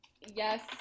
yes